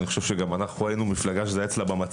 אני חושב שגם אנחנו היינו מפלגה שזה היה אצלה במצע,